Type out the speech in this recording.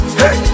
hey